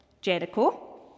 Jericho